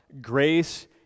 grace